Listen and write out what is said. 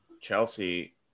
Chelsea